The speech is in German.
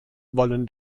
wollen